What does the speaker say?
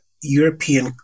European